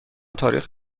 تاریخ